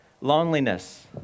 loneliness